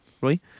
right